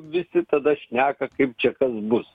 visi tada šneka kaip čia kas bus